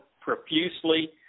profusely